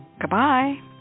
goodbye